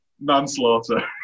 manslaughter